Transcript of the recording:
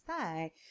say